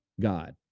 God